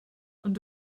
ond